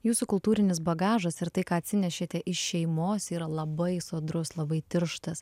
jūsų kultūrinis bagažas ir tai ką atsinešėte iš šeimos yra labai sodrus labai tirštas